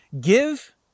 give